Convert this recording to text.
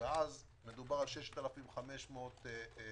ואז מדובר על 6,500 אנשים,